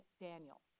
Daniel